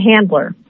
handler